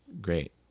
great